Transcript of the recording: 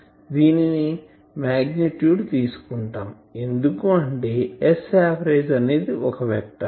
దీని మాగ్నిట్యూడ్ తీసుకుంటాం ఎందుకంటే Saverage అనేది ఒక వెక్టార్